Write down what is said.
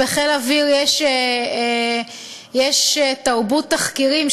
בחיל האוויר יש תרבות תחקירים,